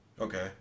Okay